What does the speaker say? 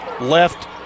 left